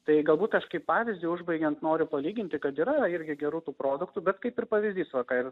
tai galbūt aš kaip pavyzdį užbaigiant noriu palyginti kad yra irgi gerų tų produktų bet kaip ir pavyzdys va ką ir